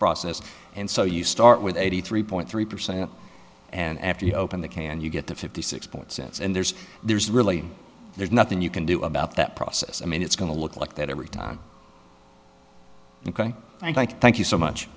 process and so you start with eighty three point three percent and after you open the can you get the fifty six point sense and there's there's really there's nothing you can do about that process i mean it's going to look like that every time and i think thank you so much